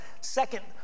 Second